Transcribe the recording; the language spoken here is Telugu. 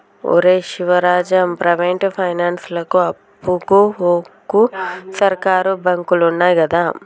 ఒరే శివరాజం, ప్రైవేటు పైనాన్సులకు అప్పుకు వోకు, సర్కారు బాంకులున్నయ్ గదా